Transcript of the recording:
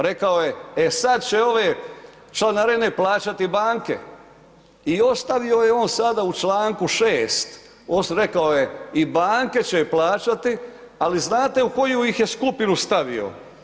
Rekao je, e sad će ove članarine plaćati banke i ostavio je on sada u čl. 6., rekao je i banke će plaćati, ali znate u koju ih je skupinu stavio?